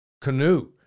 canoe